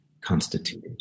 constituted